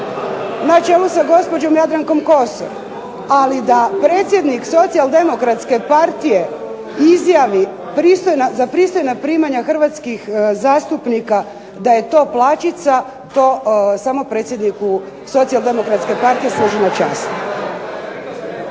na čelu sa gospođom Jadrankom Kosor. Ali da predsjednik Socijaldemokratske partije izjavi za pristojna primanja hrvatskih zastupnika da je to plaćica to samo predsjedniku Socijaldemokratske partije služi na čast.